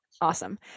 Awesome